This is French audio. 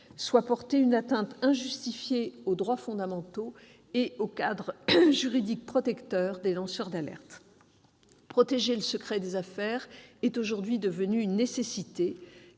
pour autant une atteinte injustifiée aux droits fondamentaux et au cadre juridique protecteur des lanceurs d'alerte. Protéger le secret des affaires est devenu une nécessité.